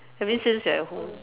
I mean since we are at home